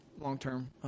long-term